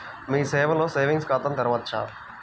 మీ సేవలో సేవింగ్స్ ఖాతాను తెరవవచ్చా?